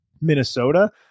Minnesota